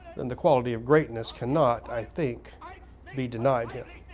then the quality of greatness cannot i think be denied him.